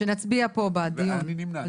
ואני נמנע.